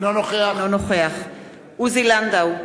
אינו נוכח עוזי לנדאו,